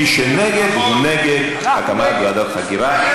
מי שנגד הוא נגד הקמת ועדת חקירה.